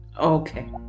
okay